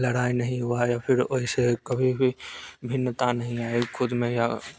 लड़ाई नहीं हुआ है या फिर वैसे कभी भी भिन्नता नहीं आई खुद में या